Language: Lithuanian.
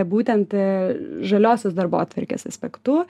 būtent žaliosios darbotvarkės aspektu